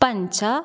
पञ्च